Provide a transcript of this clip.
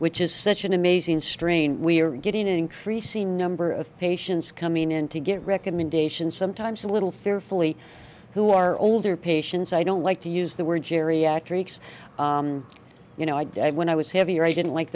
which is such an amazing strain we're getting an increasing number of patients coming in to get recommendations sometimes a little fearfully who are older patients i don't like to use the word geriatrics you know i when i was heavier i didn't like